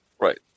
Right